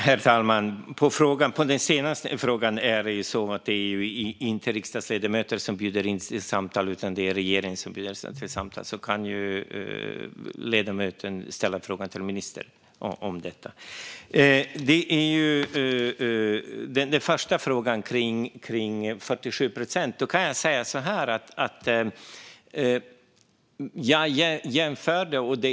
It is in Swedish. Herr talman! När det gäller den sista frågan är det inte riksdagsledamöter som bjuder in till samtal, utan det är regeringen som bjuder in till samtal. Ledamoten kan ställa frågan om detta till ministern. När det gäller 47 procent kan jag säga att jag jämförde.